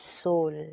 soul